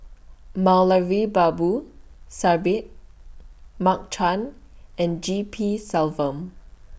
Moulavi Babu Sahib Mark Chan and G P Selvam